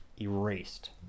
erased